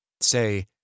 Say